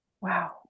Wow